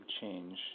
change